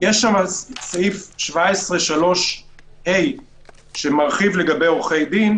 יש סעיף 173ה שמרחיב לגבי עורכי דין,